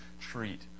treat